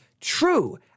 true